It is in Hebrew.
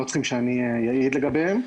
הם לא צריכים שאני אעיד לגביהם.